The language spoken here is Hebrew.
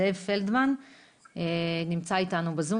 זה מה שאומר שגם התרופות האחרות שבדקנו עליהן,